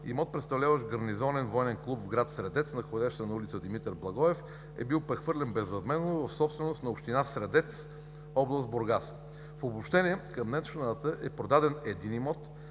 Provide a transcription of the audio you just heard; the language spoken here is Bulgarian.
имот, представляващ гарнизонен военен клуб в град Средец, находящ се на ул. „Димитър Благоев“ е бил прехвърлен безвъзмездно в собственост на община „Средец“, област Бургас. В обобщение към днешната дата е продаден един имот,